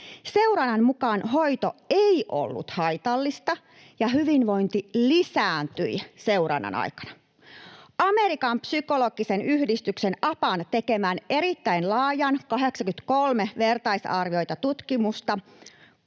Seurannan mukaan hoito ei ollut haitallista ja hyvinvointi lisääntyi seurannan aikana. Amerikan psykologisen yhdistyksen, APAn, tekemän erittäin laajan, 83 vertaisarvioitua tutkimusta